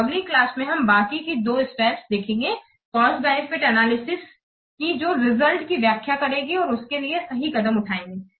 तो अगली क्लास में हम बाकी की दो स्टेप्स देखेंगे कॉस्ट बेनिफिट एनालिसिस की जो रिजल्ट की व्याख्या करेंगी और उसके लिए सही कदम उठाएंगी